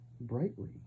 Brightly